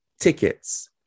tickets